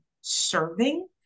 serving